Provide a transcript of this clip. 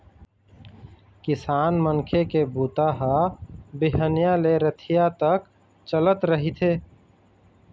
किसान मनखे के बूता ह बिहनिया ले रतिहा तक चलत रहिथे